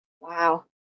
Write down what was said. Wow